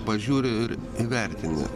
pažiūri ir įvertini